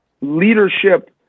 leadership